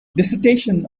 dissertation